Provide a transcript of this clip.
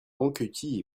anquetil